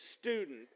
student